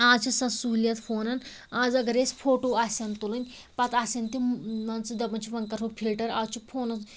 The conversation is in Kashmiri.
آز چھِ سۄ سُہوٗلِیت فونَن آز اگرَے اَسہِ فوٹو آسٮ۪ن تُلٕنۍ پتہٕ آسَن تِم مان ژٕ دَپان چھِ وَنہِ کرہو فِلٹَر آز چھِ فونَس